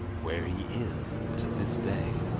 where he is to this day.